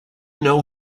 know